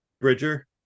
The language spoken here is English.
Bridger